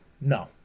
No